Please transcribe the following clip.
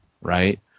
right